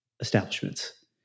establishments